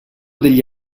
degli